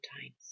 times